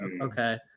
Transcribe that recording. okay